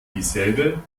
dieselbe